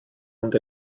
und